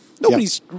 Nobody's